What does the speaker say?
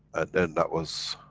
and then that was,